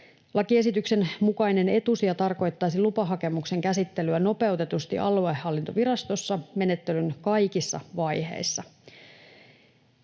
Lakiesityksen mukainen etusija tarkoittaisi lupahakemuksen käsittelyä nopeutetusti aluehallintovirastossa menettelyn kaikissa vaiheissa.